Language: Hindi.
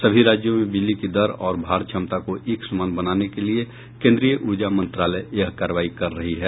सभी राज्यों में बिजली की दर और भार क्षमता को एक समान बनाने के लिये केंद्रीय ऊर्जा मंत्रालय यह कार्रवाई कर रही है